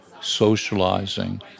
socializing